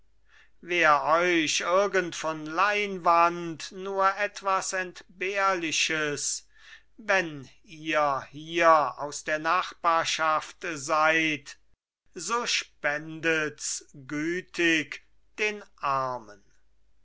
wär euch irgend von leinwand nur was entbehrliches wenn ihr hier aus der nachbarschaft seid so spendet's gütig den armen